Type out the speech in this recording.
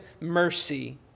mercy